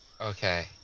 Okay